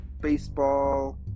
baseball